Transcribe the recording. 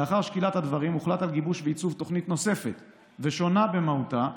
לאחר שקילת הדברים הוחלט על גיבוש ועיצוב של תוכנית נוספת ושונה במהותה,